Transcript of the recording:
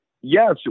Yes